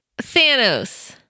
Thanos